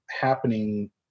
happening